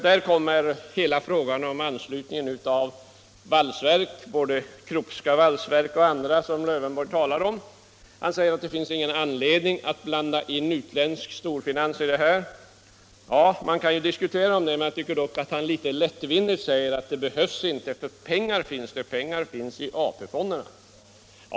Då kommer hela frågan om anslutningen av både Kruppska och andra valsverk upp, som herr Lövenborg här talat om. Han sade i det sammanhanget att det finns ingen anledning att blanda in utländsk storfinans i dessa företags verksamheter. Ja, det kan man ju diskutera. Men jag tycker att herr Lövenborg uttalar sig litet lättvindigt, när han säger att det behövs inte, för pengar finns det i AP-fonderna.